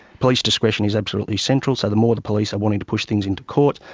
police discretion is absolutely central, so the more the police are wanting to push things into court,